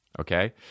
okay